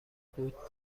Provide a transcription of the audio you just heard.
بود